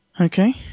okay